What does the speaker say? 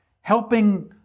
helping